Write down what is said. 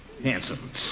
handsome